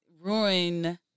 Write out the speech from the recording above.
ruin